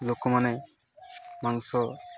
ଲୋକମାନେ ମାଂସ